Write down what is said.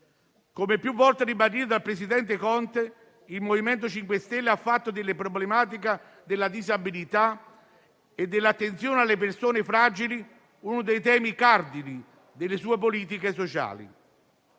Come più volte ribadito dal presidente Conte, il MoVimento 5 Stelle ha fatto della problematica della disabilità e dell'attenzione alle persone fragili uno dei temi cardine delle sue politiche sociali.